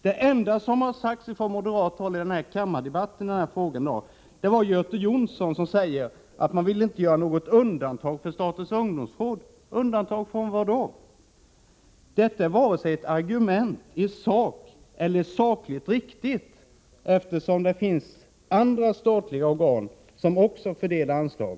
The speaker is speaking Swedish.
Det enda som sagts från moderat håll i den här frågan här i kammardebatten i dag var när Göte Jonsson sade att man inte vill göra något undantag för statens ungdomsråd. Undantag från vad? Det är inte fråga om vare sig ett argument i sak eller något sakligt riktigt. Det finns nämligen andra statliga organ som också fördelar anslag.